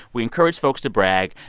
we encourage folks to brag.